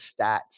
stats